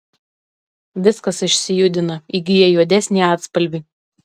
viskas išsijudina įgyja juodesnį atspalvį